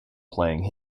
playing